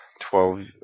twelve